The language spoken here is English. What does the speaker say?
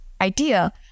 idea